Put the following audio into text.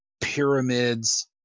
pyramids